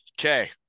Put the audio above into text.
Okay